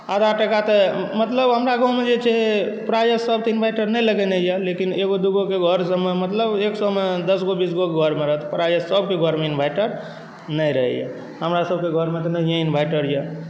आधा टाका तऽ मतलब हमरा गाँवमे जे छै प्रायः सबके इनवैटर नहि लगेने यऽ लेकिन एगो दूगो केँ घर सबमे मतलब एक सए मे दसगो बीसगो घरमे रहत प्रायः सबकेँ घरमे इनवैटर नहि रहै यऽ हमरा सबकेँ घरमे तऽ नहिये इनवैटर यऽ